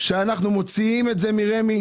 שאנחנו מוציאים את זה מרמ"י,